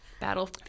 Battle